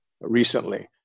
recently